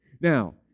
now